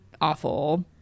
awful